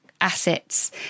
assets